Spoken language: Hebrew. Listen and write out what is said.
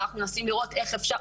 ואנחנו מנסים לראות איך אפשר,